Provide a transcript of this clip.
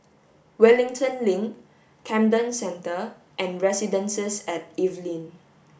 Wellington Link Camden Centre and Residences at Evelyn